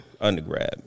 undergrad